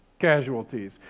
casualties